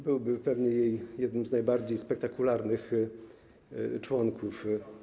Byłby pewnie jednym z jej najbardziej spektakularnych członków.